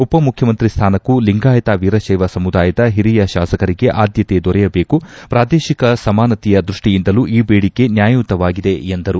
ಉಪಮುಖ್ಯಮಂತ್ರಿ ಸ್ಥಾನಕ್ಕೂ ಲಿಂಗಾಯತ ವೀರತ್ಯೆವ ಸಮುದಾಯದ ಹಿರಿಯ ಶಾಸಕರಿಗೆ ಆದ್ದತೆ ದೊರೆಯಬೇಕು ಪ್ರಾದೇತಿಕ ಸಮಾನತೆಯ ದೃಷ್ಷಿಯಿಂದಲೂ ಈ ಬೇಡಿಕೆ ನ್ಯಾಯಯುತವಾಗಿದೆ ಎಂದರು